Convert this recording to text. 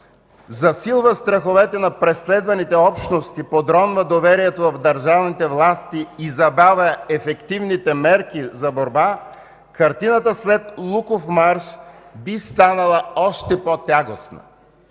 „засилва страховете на преследваните общности, подронва доверието в държавните власти и забавя ефективните мерки за борба”, картината след Луков марш би станала още по-тягостна.